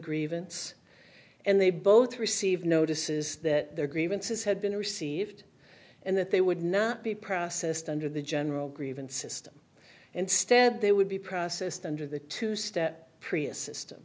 grievance and they both received notices that their grievances had been received and that they would not be processed under the general grievance system instead they would be processed under the two step